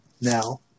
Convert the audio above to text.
now